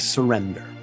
Surrender